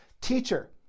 Teacher